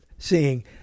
seeing